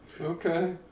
Okay